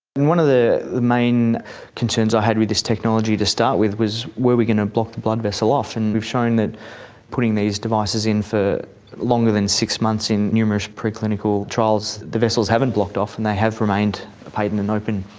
one of the main concerns i had with this technology to start with was were we going to block the blood vessel off, and we've shown that putting these devices in for longer than six months in numerous preclinical trials, the vessels haven't blocked off and they have remained patent and open.